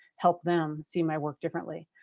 help them see my work differently?